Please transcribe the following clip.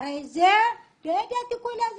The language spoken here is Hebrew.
אחרי זה, לא ידעתי כל מה שקרה,